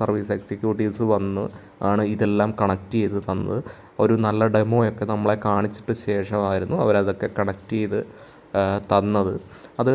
service executives വന്ന് ആണ് ഇതെല്ലാം കണക്റ്റ് ചെയ്ത് തന്നത് ഒരു നല്ല ഡെമോ ഒക്കെ നമ്മളെ കാണിച്ചിട്ട് ശേഷം ആയിരുന്നു അവർ അതൊക്കെ കണക്റ്റ് ചെയ്ത് തന്നത് അത്